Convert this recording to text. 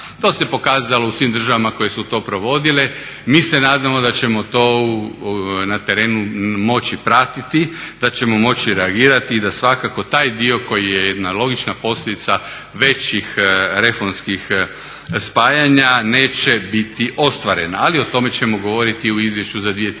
To se pokazalo u svim državama koje su to provodile. Mi se nadamo da ćemo to na terenu moći pratiti, da ćemo moći reagirati i da svakako taj dio koji je jedna logična posljedica većih reformskih spajanja neće biti ostvarena, ali o tome ćemo govoriti u izvješću za 2015.